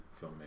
filmmaker